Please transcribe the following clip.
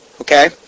Okay